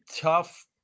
tough